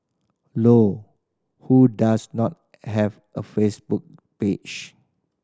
low who does not have a Facebook page